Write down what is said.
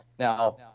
Now